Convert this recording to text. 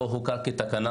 לא הוכר כתקנה